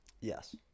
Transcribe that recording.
Yes